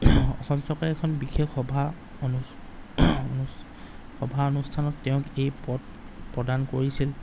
অসম চৰকাৰে এখন বিশেষ সভা সভা অনুষ্ঠানত তেওঁক এই পদ প্ৰদান কৰিছিল